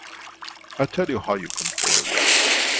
i tell you how you control a reactor.